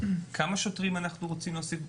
כמה שוטרים אנחנו רוצים לשים,